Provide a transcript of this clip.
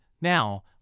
now